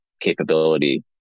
capability